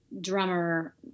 drummer